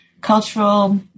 cultural